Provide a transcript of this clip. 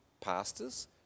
pastors